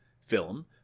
film